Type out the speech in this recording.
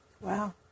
Wow